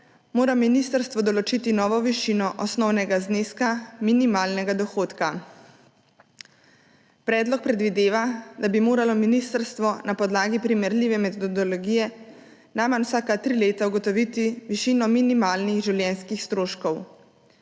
mora ministrstvo določiti novo višino osnovnega zneska minimalnega dohodka. Predlog predvideva, da bi moralo ministrstvo na podlagi primerljive metodologije najmanj vsaka tri leta ugotoviti višino minimalnih življenjskih stroškov.